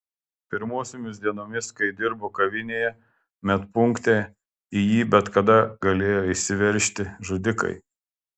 pirmosiomis dienomis kai dirbo kavinėje medpunkte į jį bet kada galėjo įsiveržti žudikai